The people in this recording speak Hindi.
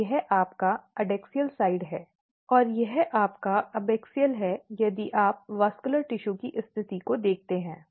तो यह आपका एडैक्सियल पक्ष है और यह आपका अबैक्सियल है यदि आप संवहनी ऊतक की स्थिति को देखते हैं